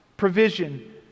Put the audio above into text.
Provision